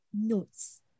notes